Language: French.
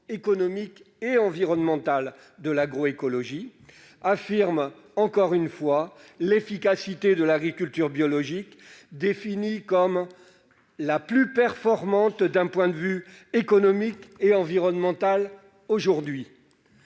économiques et environnementales de l'agroécologie affirme, une fois encore, l'efficacité de l'agriculture biologique, définie comme « la plus performante d'un point de vue économique et environnemental aujourd'hui